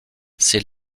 ces